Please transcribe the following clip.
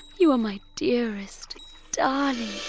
you are my dearest darling,